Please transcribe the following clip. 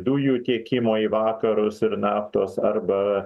dujų tiekimo į vakarus ir naftos arba